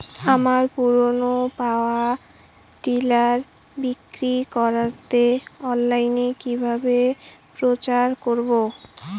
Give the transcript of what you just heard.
আমার পুরনো power tiller বিক্রি করাতে অনলাইনে কিভাবে প্রচার করব?